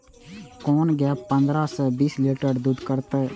कोन गाय पंद्रह से बीस लीटर दूध करते?